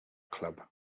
club